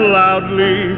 loudly